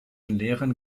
lehrern